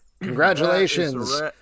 Congratulations